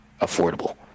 affordable